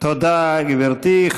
תודה, גברתי.